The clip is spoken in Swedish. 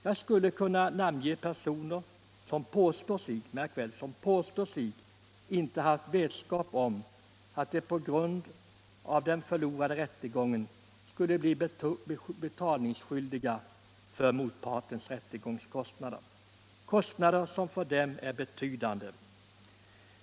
Jag skulle kunna namnge personer som påstår sig inte ha haft vetskap om att de genom att förlora rättegången skulle bli betalningsskyldiga för motpartens rättegångskostnader — och det är fråga om kostnader som för dem är betydande.